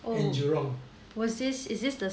in jurong